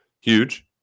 Huge